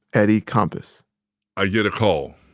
eddie compass i get a call.